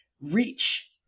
reach